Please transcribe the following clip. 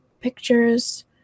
pictures